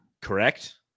correct